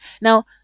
Now